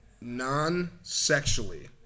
non-sexually